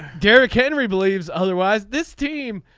derrick henry believes otherwise this team.